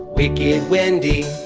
wicked wendy.